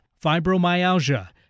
fibromyalgia